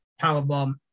Powerbomb